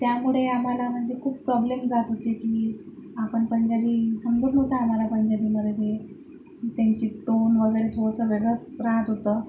त्यामुळे आम्हाला म्हणजे खूप प्रॉब्लेम जात होते की आपण पंजाबी समजत नव्हतं आम्हाला पंजाबीमध्ये ते त्यांची टोन वगैरे थोडंसं वेगळंच राहात होतं